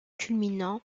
culminant